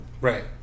Right